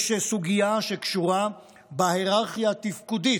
יש סוגיה שקשורה בהיררכיה התפקודית.